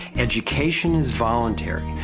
education is voluntary,